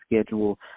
schedule